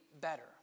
better